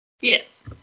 Yes